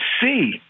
see